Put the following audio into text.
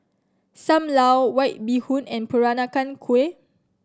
Sam Lau White Bee Hoon and Peranakan Kueh